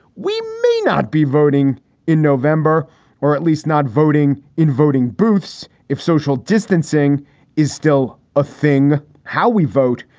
we may not be voting in november or at least not voting in voting booths. if social distancing is still a thing, how we vote.